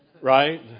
Right